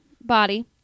body